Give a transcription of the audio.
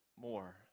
more